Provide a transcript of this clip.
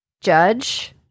judge